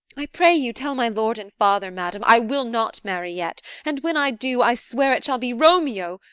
i pray you, tell my lord and father, madam, i will not marry yet and when i do, i swear it shall be romeo,